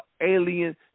alien